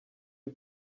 you